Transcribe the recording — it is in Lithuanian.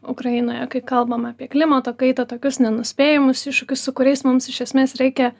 ukrainoje kai kalbam apie klimato kaitą tokius nenuspėjamus iššūkius su kuriais mums iš esmės reikia